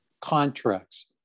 contracts